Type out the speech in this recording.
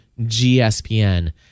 GSPN